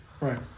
Right